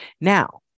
Now